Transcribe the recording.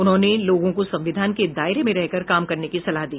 उन्होंने लोगों को संविधान के दायरे में रहकर काम करने की सलाह दी